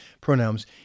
pronouns